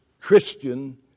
Christian